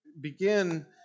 begin